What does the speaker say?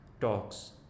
talks